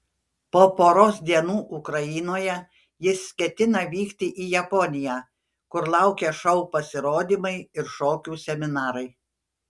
po poros dienų ukrainoje jis ketina vykti į japoniją kur laukia šou pasirodymai ir šokių seminarai